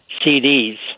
CDs